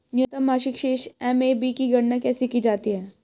न्यूनतम मासिक शेष एम.ए.बी की गणना कैसे की जाती है?